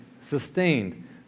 sustained